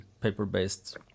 paper-based